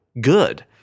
good